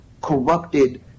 corrupted